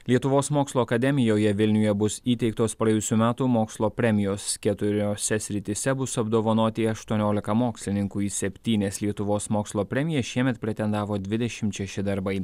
lietuvos mokslo akademijoje vilniuje bus įteiktos praėjusių metų mokslo premijos keturiose srityse bus apdovanoti aštuoniolika mokslininkų į septynias lietuvos mokslo premiją šiemet pretendavo dvidešim šeši darbai